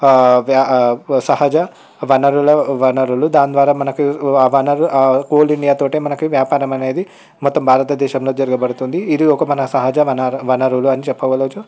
సహజ వనరుల వనరులు దాని ద్వారా మనకు కోల్ ఇండియా తోటే మనకు వ్యాపారం అనేది మొత్తం భారతదేశంలో జరగబడుతుంది ఇది ఒక మన సహజ వనరులు అని చెప్పగలచ్చు